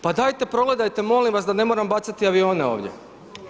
Pa dajte progledajte molim vas da ne moramo bacati avione ovdje.